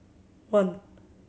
one